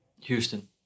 Houston